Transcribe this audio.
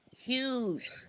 huge